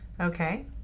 Okay